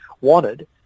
wanted